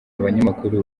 abanyamakuru